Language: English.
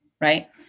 Right